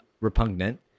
repugnant